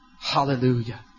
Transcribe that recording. Hallelujah